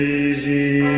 easy